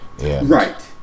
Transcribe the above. right